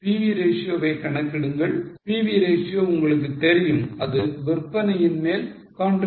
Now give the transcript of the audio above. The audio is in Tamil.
PV ratio வை கணக்கிடுங்கள் PV ratio உங்களுக்கு தெரியும் அது விற்பனையின் மேல் contribution